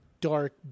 dark